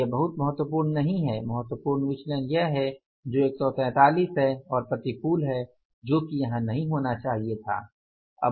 यह बहुत महत्वपूर्ण नहीं है महत्वपूर्ण विचलन यह है जो 143 है और प्रतिकूल है जो कि यहाँ नहीं होना चाहिए था